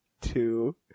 two